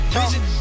Vision